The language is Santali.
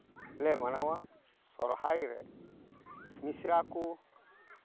ᱞᱮ ᱢᱟᱱᱟᱣᱟ ᱥᱚᱨᱦᱟᱭ ᱨᱮ ᱢᱤᱥᱨᱟ ᱠᱚ